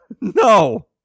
No